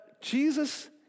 Jesus